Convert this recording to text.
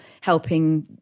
helping